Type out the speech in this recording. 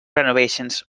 renovations